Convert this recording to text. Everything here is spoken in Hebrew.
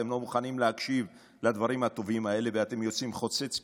אתם לא מוכנים להקשיב לדברים הטובים האלה ואתם יוצאים חוצץ כנגד.